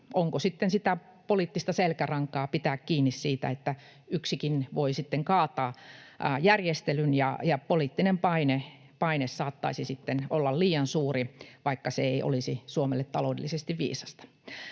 onko poliittista selkärankaa pitää kiinni siitä, että yksikin voi sitten kaataa järjestelyn, ja poliittinen paine saattaisi olla liian suuri, vaikka se ei olisi Suomelle taloudellisesti viisasta.